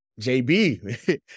JB